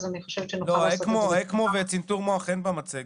אני חושבת שנוכל אקמו וצנתור מוח אין במצגת.